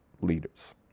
leaders